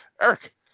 Eric